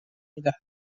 میدهد